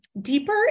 deeper